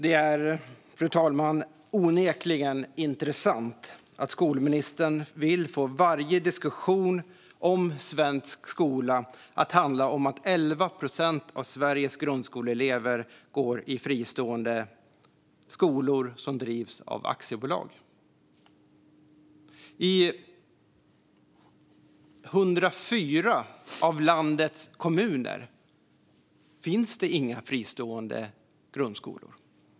Fru talman! Det är onekligen intressant att skolministern vill få varje diskussion om svensk skola att handla om att 11 procent av Sveriges grundskoleelever går i fristående skolor som drivs av aktiebolag. I 104 av landets kommuner finns det inga fristående grundskolor.